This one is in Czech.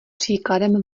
příkladem